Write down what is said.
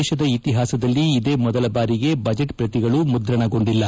ದೇಶದ ಇತಿಹಾಸದಲ್ಲಿ ಇದೇ ಮೊದಲ ಬಾರಿಗೆ ಬಜೆಟ್ ಪ್ರತಿಗಳು ಮುದ್ರಣಗೊಂಡಿಲ್ಲ